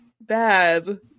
Bad